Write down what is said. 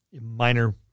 Minor